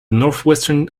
northwestern